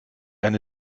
eine